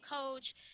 coach